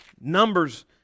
numbers